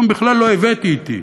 היום בכלל לא הבאתי אתי.